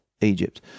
Egypt